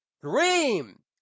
Dream